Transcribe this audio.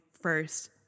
first